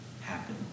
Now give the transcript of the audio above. happen